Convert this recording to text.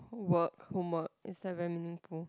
work homework is that very meaningful